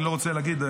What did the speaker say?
אני לא רוצה להגיד,